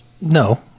no